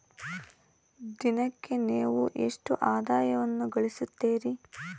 ದಿನಕ್ಕೆ ನೇವು ಎಷ್ಟು ಆದಾಯವನ್ನು ಗಳಿಸುತ್ತೇರಿ?